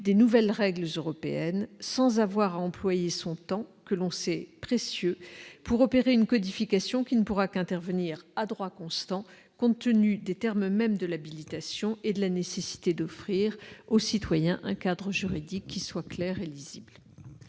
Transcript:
des nouvelles règles européennes sans avoir à employer son temps, que l'on sait précieux, à opérer une codification qui ne pourra qu'intervenir à droit constant, compte tenu des termes mêmes de l'habilitation et de la nécessité d'offrir aux citoyens un cadre juridique clair et lisible.